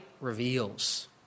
reveals